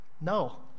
No